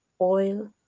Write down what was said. oil